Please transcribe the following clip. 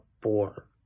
four